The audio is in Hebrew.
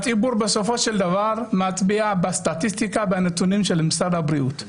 הציבור בסופו של דבר מצביע בסטטיסטיקה בנתונים של משרד הבריאות.